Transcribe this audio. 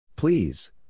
Please